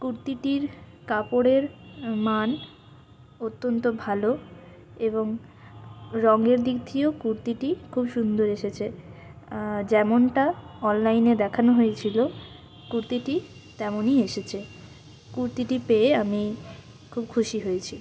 কুর্তিটির কাপড়ের মান অত্যন্ত ভালো এবং রঙের দিক দিয়েও কুর্তিটি খুব সুন্দর এসেছে যেমনটা অনলাইনে দেখানো হয়েছিল কুর্তিটি তেমনই এসেছে কুর্তিটি পেয়ে আমি খুব খুশি হয়েছি